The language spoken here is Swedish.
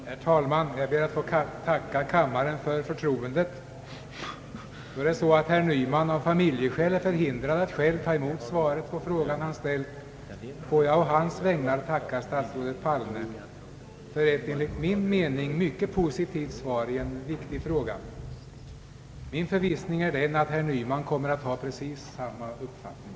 Herr talman! Jag ber att få tacka kammaren för förtroendet. Herr Nyman är av familjeskäl förhindrad att själv ta emot svaret på den fråga som han ställt, varför jag å hans vägnar får tacka statsrådet Palme för ett enligt min mening mycket positivt svar i en viktig fråga. Min förvissning är den att herr Nyman kommer att ha precis samma uppfattning.